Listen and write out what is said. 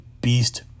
beast